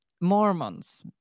Mormons